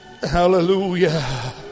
Hallelujah